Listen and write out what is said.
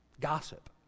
gossip